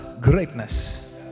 greatness